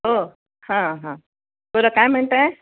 हो हां हां बोला काय म्हणताय